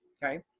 okay?